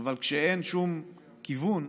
אבל כשאין שום כיוון,